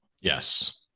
Yes